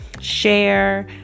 share